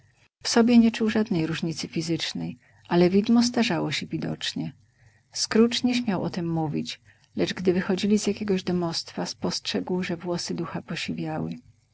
w sobie nie czuł żadnej różnicy fizycznej ale widmo starzało się widocznie scrooge nie śmiał o tem mówić lecz gdy wychodzili z jakiegoś domostwa spostrzegł że włosy ducha posiwiały